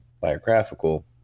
biographical